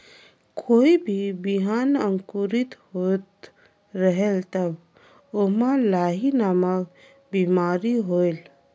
कोई भी बिहान अंकुरित होत रेहेल तब ओमा लाही नामक बिमारी होयल?